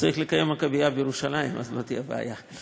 צריך לקיים מכבייה בירושלים, אז לא תהיה בעיה.